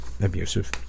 Abusive